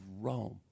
Rome